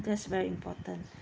that's very important